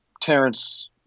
Terrence